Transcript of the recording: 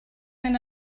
mae